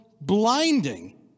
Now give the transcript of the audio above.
blinding